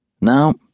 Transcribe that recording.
now